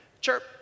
Chirp